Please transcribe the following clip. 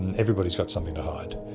everybody has got something to hide.